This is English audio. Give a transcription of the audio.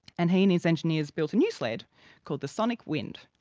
and he and his engineers built a new sled called the sonic wind.